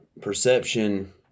perception